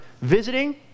visiting